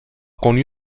connu